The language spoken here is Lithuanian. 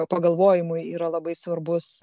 pagalvojimui yra labai svarbus